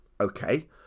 Okay